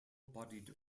bodied